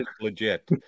legit